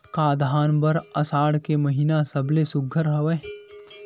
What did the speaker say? का धान बर आषाढ़ के महिना सबले सुघ्घर हवय?